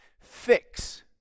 Fix